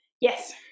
Yes